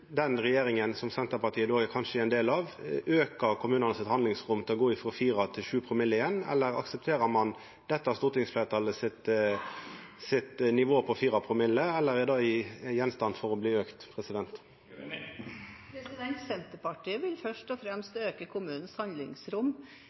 den regjeringa som Senterpartiet då kanskje er ein del av, auka kommunane sitt handlingsrom til å gå frå 4 promille til 7 promille igjen, eller aksepterer ein dette stortingsfleirtalet sitt nivå på 4 promille? Er det gjenstand for å bli auka? Senterpartiet vil først og fremst